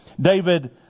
David